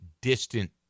distant